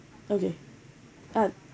okay ah